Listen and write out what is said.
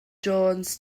jones